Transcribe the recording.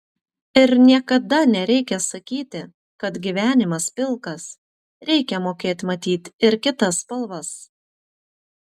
ir niekada nereikia sakyti kad gyvenimas pilkas reikia mokėt matyt ir kitas spalvas